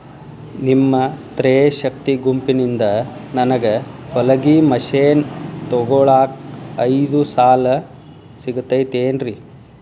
ನಿಮ್ಮ ಸ್ತ್ರೇ ಶಕ್ತಿ ಗುಂಪಿನಿಂದ ನನಗ ಹೊಲಗಿ ಮಷೇನ್ ತೊಗೋಳಾಕ್ ಐದು ಸಾಲ ಸಿಗತೈತೇನ್ರಿ?